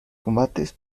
combates